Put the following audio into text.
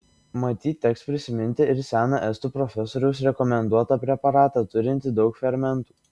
matyt teks prisiminti ir seną estų profesoriaus rekomenduotą preparatą turintį daug fermentų